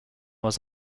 was